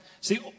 See